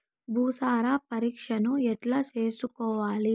భూసార పరీక్షను ఎట్లా చేసుకోవాలి?